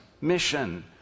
mission